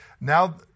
Now